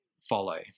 follow